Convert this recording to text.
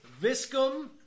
viscum